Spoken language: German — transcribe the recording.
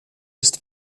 ist